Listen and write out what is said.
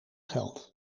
geld